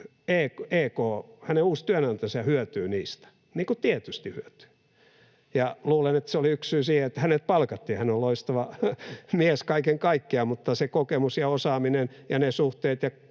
nythän EK, hänen uusi työnantajansa, hyötyy niistä, niin kuin tietysti hyötyy. Luulen, että se oli yksi syy siihen, että hänet palkattiin. Hän on loistava mies kaiken kaikkiaan, mutta se kokemus ja osaaminen ja ne suhteet